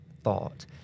thought